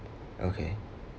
okay